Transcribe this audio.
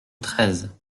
treize